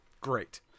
Great